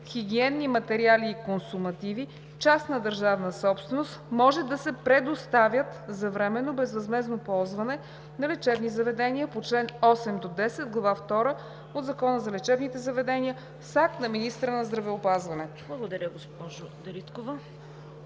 хигиенни материали и консумативи, частна държавна собственост може да се предоставят за временно безвъзмездно ползване на лечебни заведения по чл. 8 – 10 в Глава втора от Закона за лечебните заведения с акт на министъра на здравеопазването.“ ПРЕДСЕДАТЕЛ